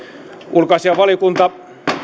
ulkoasiainvaliokunta